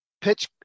pitch